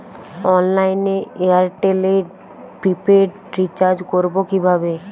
অনলাইনে এয়ারটেলে prepaid recharge করবো কিভাবে?